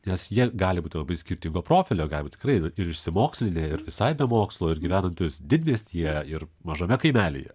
nes jie gali būti labai skirtingo profilio gali būt tikrai ir išsimokslinę ir visai be mokslo ir gyvenantys didmiestyje ir mažame kaimelyje